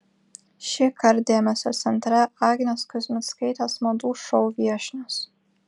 šįkart dėmesio centre agnės kuzmickaitės madų šou viešnios